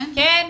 כן.